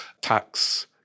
tax